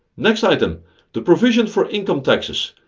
next item the provision for income taxes.